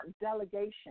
delegation